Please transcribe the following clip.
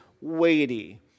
weighty